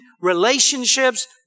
relationships